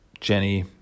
Jenny